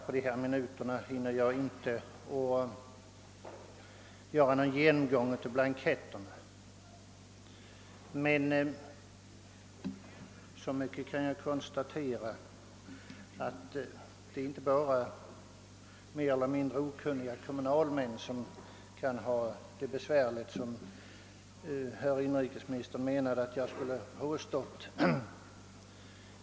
På de här minuterna hinner jag inte göra någon genomgång av blanketterna, men så mycket kan jag konstatera, att det inte bara är kommunalmän som har det besvärligt, såsom inrikesministern menar att jag skulle ha påstått.